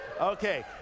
Okay